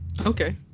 Okay